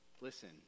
listen